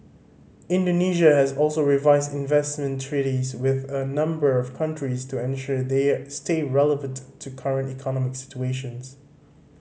Indonesia has also revised investment treaties with a number of countries to ensure they stay relevant to current economic situations